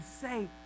say